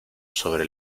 sobre